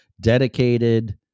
dedicated